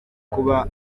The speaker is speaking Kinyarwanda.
kuba